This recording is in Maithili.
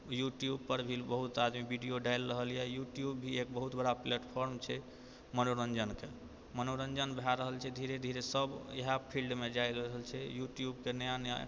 यूट्यूबपर भी बहुत आदमी वीडियो डालि रहल यऽ यूट्यूब भी एक बहुत बड़ा प्लेटफार्म छै मनोरञ्जनके मनोरञ्जन भए रहल छै धीरे धीरे सभ इएहे फिल्डमे जाइ रहल छै यूट्यूबके नया नया